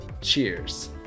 Cheers